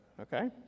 okay